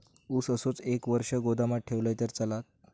ऊस असोच एक वर्ष गोदामात ठेवलंय तर चालात?